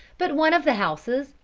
but one of the houses,